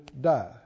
die